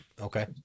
okay